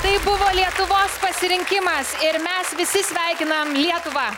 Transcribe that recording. tai buvo lietuvos pasirinkimas ir mes visi sveikinam lietuvą